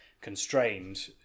constrained